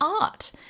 art